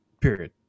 Period